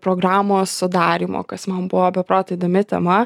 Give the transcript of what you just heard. programos sudarymo kas man buvo be proto įdomi tema